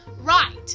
Right